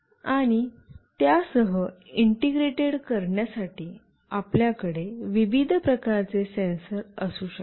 आणि त्यासह इंटेग्रेट करण्यासाठी आपल्याकडे विविध प्रकारचे सेन्सर असू शकतात